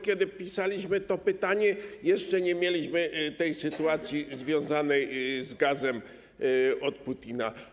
Kiedy pisaliśmy to pytanie, jeszcze nie mieliśmy tej sytuacji związanej z gazem od Putina.